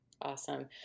Awesome